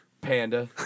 Panda